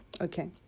Okay